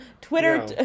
Twitter